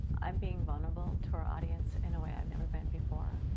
i'm being vulnerable to our audience in a way i've never been before.